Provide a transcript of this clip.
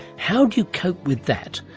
how do you cope with that?